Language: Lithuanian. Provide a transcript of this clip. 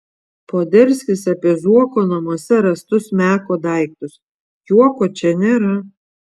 poderskis apie zuoko namuose rastus meko daiktus juoko čia nėra